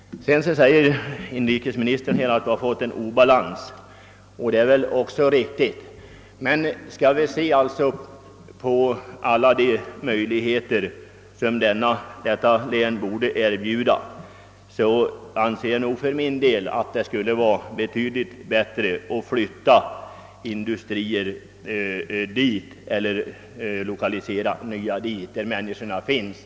Inrikesministern sade att vi har råkat ut för obalans, och det är väl riktigt. Men om man ser på alla de möjligheter som detta län kan erbjuda anser jag för min del att det är betydligt bättre att flytta industrier eller lokalisera nya industrier till orter där människorna finns.